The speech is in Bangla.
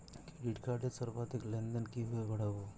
ক্রেডিট কার্ডের সর্বাধিক লেনদেন কিভাবে বাড়াবো?